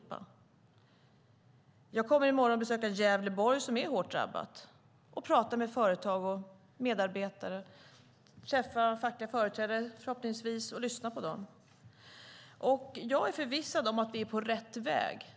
I morgon kommer jag att besöka Gävleborg som är hårt drabbat och prata med företag och medarbetare och förhoppningsvis träffa fackliga företrädare och lyssna på dem. Till skillnad från Raimo Pärssinen är jag förvissad om att vi är på rätt väg.